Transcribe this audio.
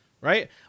Right